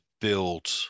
build